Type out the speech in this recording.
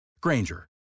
Granger